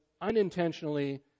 unintentionally